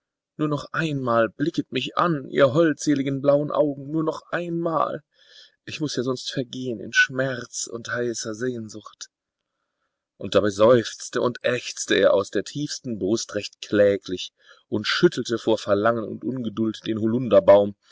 nur noch einmal blicket mich an ihr holdseligen blauen augen nur noch einmal ich muß ja sonst vergehen in schmerz und heißer sehnsucht und dabei seufzte und ächzte er aus der tiefsten brust recht kläglich und schüttelte vor verlangen und ungeduld den